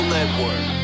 Network